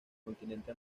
continente